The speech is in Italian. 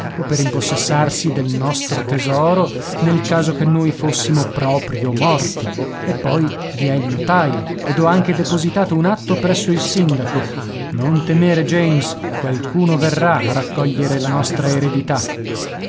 o per impossessarsi del nostro tesoro nel caso che noi fossimo proprio morti e poi vi è il notaio ed ho anche depositato un atto presso il sindaco non temere james qualcuno verrà a raccogliere la nostra eredità